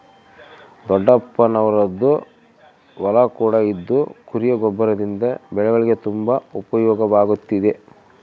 ದೊಡ್ಡಪ್ಪನವರದ್ದು ಹೊಲ ಕೂಡ ಇದ್ದು ಕುರಿಯ ಗೊಬ್ಬರದಿಂದ ಬೆಳೆಗಳಿಗೆ ತುಂಬಾ ಉಪಯೋಗವಾಗುತ್ತಿದೆ